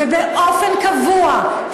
ובאופן קבוע,